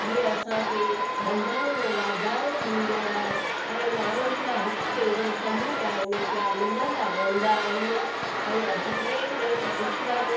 जीअं असांखे धंधनि में वाधारो थींदो आहे ऐं माण्हुनि सां हिक ॿिए जो समुदाय में पिया मिलंदा रहंदा आहिनि ऐं अजमेर में त पुष्कर